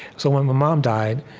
so, when my mom died,